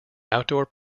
outdoor